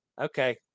Okay